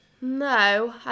No